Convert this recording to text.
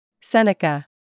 Seneca